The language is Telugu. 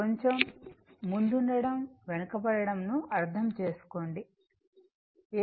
కొంచెం ముందుండటం వెనుకబడడం ను అర్ధం చేసుకోండి AC సర్క్యూట్